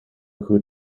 goed